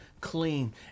clean